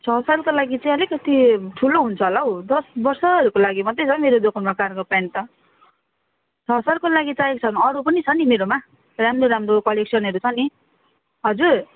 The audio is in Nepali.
छ सालको लागि चाहिँ अलिकति ठुलो हुन्छ होला हौ दस वर्षहरूको लागि मात्रै छ हौला हौ मेरो दोकानमा कार्गो प्यान्ट त छ सालको लागि चाहिएको छ भने अरू पनि छ नि मेरोमा राम्रो राम्रो कलेक्सनहरू छ नि हजुर